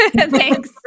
Thanks